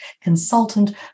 consultant